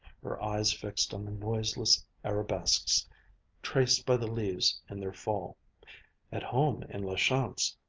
her eyes fixed on the noiseless arabesques traced by the leaves in their fall at home in la chance.